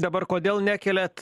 dabar kodėl nekeliat